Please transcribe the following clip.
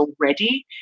already